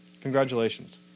congratulations